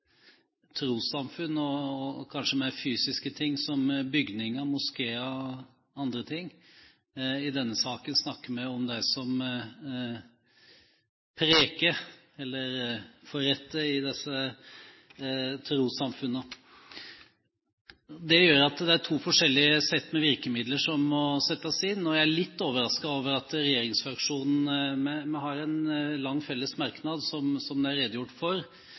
trossamfunn og kanskje mer fysiske ting som bygninger, moskeer og annet. I denne saken snakker vi om dem som preker eller forretter i disse trossamfunnene. Det gjør at det er to forskjellige sett med virkemidler som må settes inn. Jeg er litt overrasket over regjeringsfraksjonen. Vi har en lang fellesmerknad, som det er redegjort for,